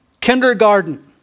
kindergarten